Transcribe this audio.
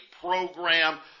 program